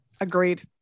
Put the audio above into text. Agreed